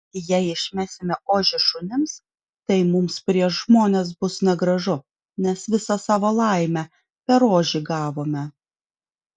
jei išmesime ožį šunims tai mums prieš žmones bus negražu nes visą savo laimę per ožį gavome